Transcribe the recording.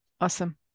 awesome